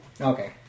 Okay